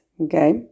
Okay